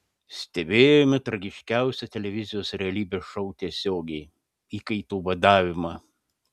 stebėjome tragiškiausią televizijos realybės šou tiesiogiai įkaitų vadavimą